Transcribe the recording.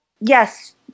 Yes